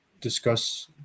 discuss